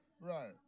right